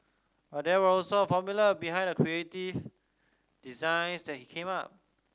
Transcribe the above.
but there was also a formula behind the creative designs that he came up